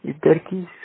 ఇది ఇద్దరికీ సుష్ట